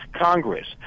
Congress